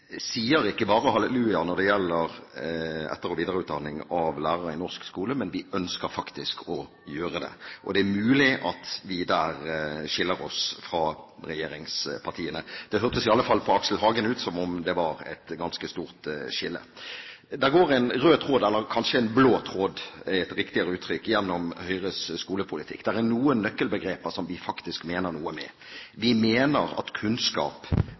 sier ikke bare halleluja når det gjelder etter- og videreutdanning av lærere i norsk skole, men vi ønsker faktisk å gjøre det. Det er mulig at vi der skiller oss fra regjeringspartiene. Det hørtes i alle fall ut på Aksel Hagen som om det var et ganske stort skille. Det går en rød tråd – eller kanskje en blå tråd er et riktigere uttrykk – gjennom Høyres skolepolitikk. Det er noen nøkkelbegreper som vi faktisk mener noe med. Vi mener at kunnskap